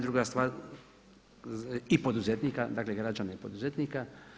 Druga stvar i poduzetnika, dakle građana i poduzetnika.